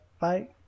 Bye